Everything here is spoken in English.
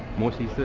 moses,